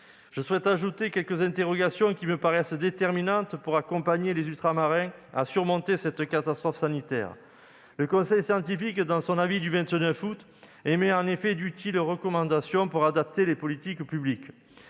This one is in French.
Je souhaite ajouter quelques interrogations qui me paraissent déterminantes pour aider les Ultramarins à surmonter cette catastrophe sanitaire. Le conseil scientifique, dans son avis du 29 août, émet d'utiles recommandations pour adapter les politiques publiques.